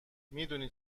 میدونی